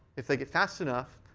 if they get fast enough,